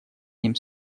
ним